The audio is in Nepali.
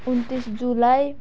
उनन्तिस जुलाई